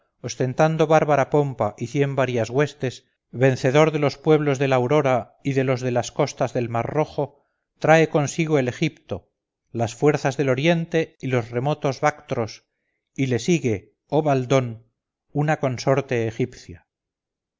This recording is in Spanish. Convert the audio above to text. ostentando bárbara pompa y cien varias huestes vencedor de los pueblos de la aurora y de los de las costas del mar rojo trae consigo el egipto las fuerzas del oriente y los remotos bactros y le sigue oh baldón una consorte egipcia